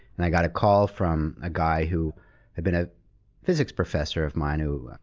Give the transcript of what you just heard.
and i got a call from a guy who had been a physics professor of mine who